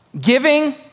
Giving